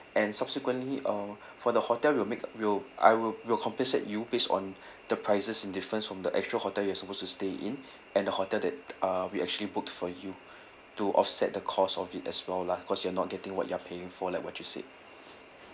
and subsequently uh for the hotel we'll make we'll I will will compensate you based on the prices in difference from the actual hotel you're supposed to stay in and the hotel that uh we actually book for you to offset the cost of it as well lah cause you're not getting what you're paying for like you said